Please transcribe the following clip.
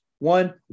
One